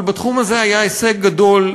אבל בתחום הזה היה הישג גדול,